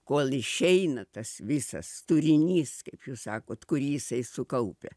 kol išeina tas visas turinys kaip jūs sakot kurį jisai sukaupia